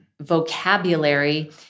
vocabulary